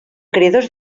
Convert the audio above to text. creadors